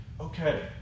okay